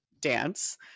dance